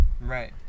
Right